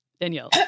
Danielle